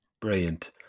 Brilliant